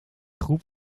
groep